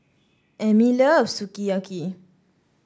Emmie loves Sukiyaki